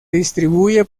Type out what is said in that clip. distribuye